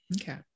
Okay